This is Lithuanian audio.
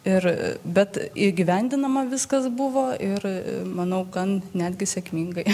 ir bet įgyvendinama viskas buvo ir manau gan netgi sėkmingai